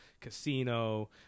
casino